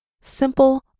simple